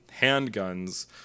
handguns